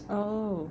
oh